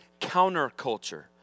counterculture